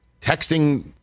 texting